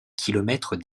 kilomètre